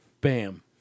Bam